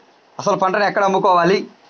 అసలు పంటను ఎక్కడ అమ్ముకోవాలి?